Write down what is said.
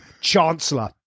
Chancellor